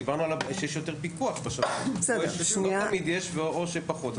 כי דיברנו שיש יותר פיקוח --- ופה לא תמיד יש או שיש פחות.